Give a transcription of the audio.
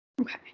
Okay